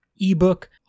ebook